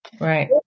Right